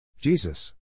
Jesus